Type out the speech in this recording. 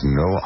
no